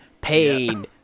pain